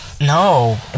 No